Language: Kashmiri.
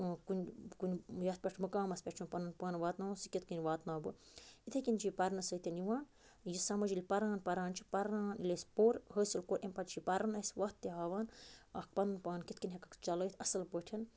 کُنہِ کُنہِ یَتھ پٮ۪ٹھ مُقامَس پٮ۪ٹھ چھُم پَنُن پان واتناوُن سُہ کِتھٕ کٔنۍ واتناو بہٕ اِتھٕے کٔنۍ چھِ یہِ پَرنہٕ سۭتۍ یِوان یہِ سَمٕجھ ییٚلہِ پَران پَران چھُ پَران ییٚلہِ اَسہِ پوٚر حٲصِل کوٚر اَمہِ پَتہٕ چھُ یہِ پَرُن اَسہِ وَتھ تہِ ہاوان اَکھ پَنُن پان کِتھٕ کٔنۍ ہیٚکَکھ چَلٲوِتھ اَصٕل پٲٹھۍ